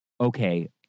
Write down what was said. okay